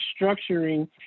structuring